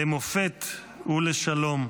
למופת ולשלום.